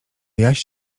jaś